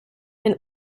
ein